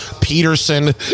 Peterson